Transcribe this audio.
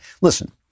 Listen